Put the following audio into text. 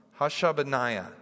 Hashabaniah